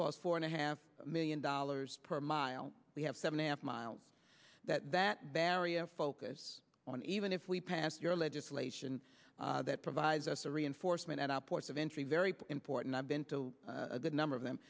cost four and a half million dollars per mile we have seven after mile that that barrier focus on even if we passed your legislation that provides us the reinforcement at our ports of entry very important i've been to a good number of them